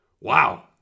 Wow